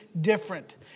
different